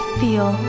feel